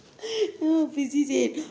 ah prissy said